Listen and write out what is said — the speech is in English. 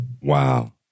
wow